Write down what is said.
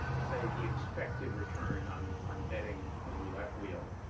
say the expected return on on betting a roulette wheel,